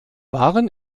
waren